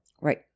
Right